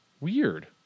Weird